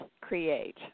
create